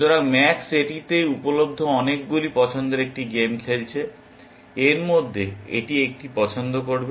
সুতরাং ম্যাক্স এটিতে উপলব্ধ অনেকগুলি পছন্দের একটি গেম খেলছে এর মধ্যে এটি একটি পছন্দ করবে